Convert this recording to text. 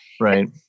Right